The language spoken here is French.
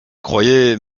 croyez